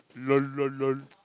lol lol lol